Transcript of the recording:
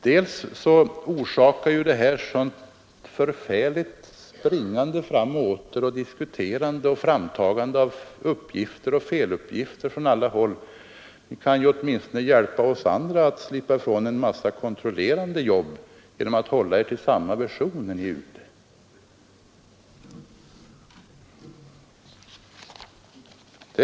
Dessa olika versioner orsakar ett förfärligt springande fram och åter, diskuterande och framtagande av uppgifter och feluppgifter från olika håll. Ni kan åtminstone hjälpa oss andra att slippa ifrån detta kontrollerande arbete genom att hålla er till en och samma version när ni är ute och talar.